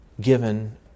given